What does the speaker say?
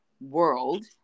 world